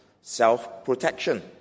self-protection